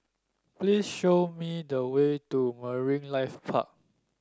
please show me the way to Marine Life Park